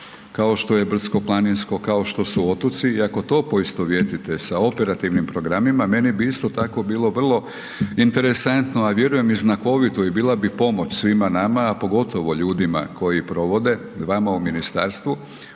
kao što je brdsko-planinsko, kao što su otoci i ako to poistovjetite sa operativnom programima, meni bi isto tako bilo vrlo interesantno a vjerujem i znakovito i bila bi pomoć svima nama a pogotovo ljudima koji provode, vama u ministarstvu,